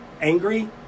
angry